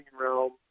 realm